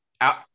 out